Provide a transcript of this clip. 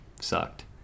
sucked